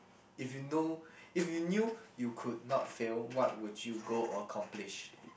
if you know if you knew you could not fail what would you go accomplish